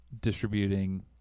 distributing